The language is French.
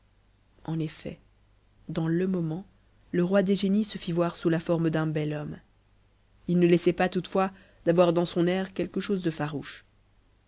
en effet dans le moment le roi des génies se lit voir sous la forme d'un bel homme il ne laissait pas toutefois d'avoir dans son air quelque chose de farouche